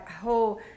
whole